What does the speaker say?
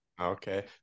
okay